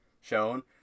shown